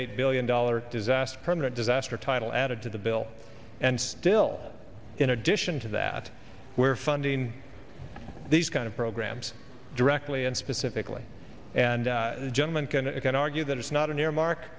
eight billion dollars disaster permanent disaster title added to the bill and still in addition to that we're funding these kind of programs directly and specifically and jim and can you can argue that it's not an earmark